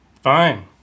Fine